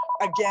again